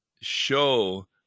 show